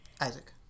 Isaac